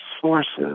sources